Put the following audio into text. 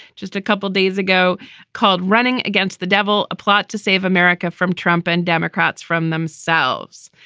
just a couple of days ago called running against the devil. a plot to save america from trump and democrats from themselves.